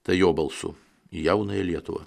tai jo balsu į jaunąją lietuvą